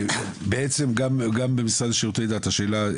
גם במשרד לשירות דת השאלה היא